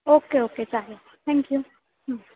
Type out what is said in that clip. okay okay चालेल thank you